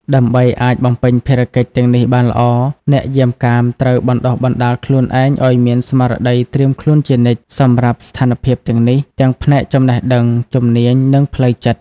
ដើម្បីអាចបំពេញភារកិច្ចទាំងនេះបានល្អ អ្នកយាមកាមត្រូវ បណ្ដុះបណ្ដាលខ្លួនឯងឲ្យមានស្មារតីត្រៀមខ្លួនជានិច្ច សម្រាប់ស្ថានភាពទាំងនេះ ទាំងផ្នែកចំណេះដឹង ជំនាញ និងផ្លូវចិត្ត។